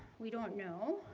we don't know